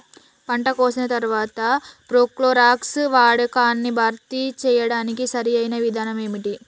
పంట కోసిన తర్వాత ప్రోక్లోరాక్స్ వాడకాన్ని భర్తీ చేయడానికి సరియైన విధానం ఏమిటి?